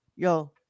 Yo